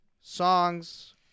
songs